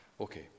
Okay